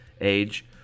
age